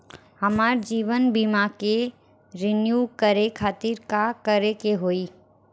हमार जीवन बीमा के रिन्यू करे खातिर का करे के होई?